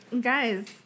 guys